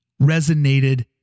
resonated